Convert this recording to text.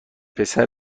پسر